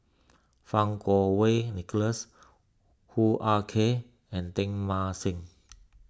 Fang Kuo Wei Nicholas Hoo Ah Kay and Teng Mah Seng